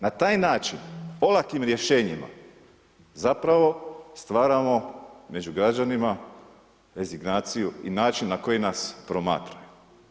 Na taj način olakim rješenjima zapravo stvaramo među građanima rezignaciju i način na koji nas promatraju.